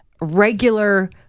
regular